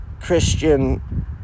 Christian